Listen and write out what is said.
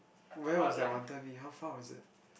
where was that Wanton-Mee how far was it